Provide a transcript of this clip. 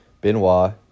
Benoit